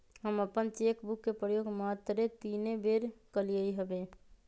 हम अप्पन cheque book के प्रयोग मातरे तीने बेर कलियइ हबे